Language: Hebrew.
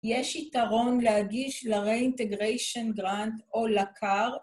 יש יתרון להגיש ל-reintegration grant או לcar